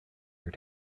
your